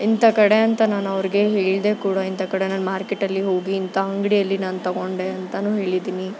ಇಂಥ ಕಡೆ ಅಂತ ನಾನು ಅವರಿಗೆ ಹೇಳಿದೆ ಕೂಡ ಇಂಥ ಕಡೆ ನಾನು ಮಾರ್ಕೆಟಲ್ಲಿ ಹೋಗಿ ಇಂಥ ಅಂಗಡಿಯಲ್ಲಿ ನಾನು ತೊಗೊಂಡೆ ಅಂತನೂ ಹೇಳಿದ್ದೀನಿ